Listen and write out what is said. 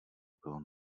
bylo